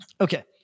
okay